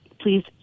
Please